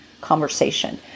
conversation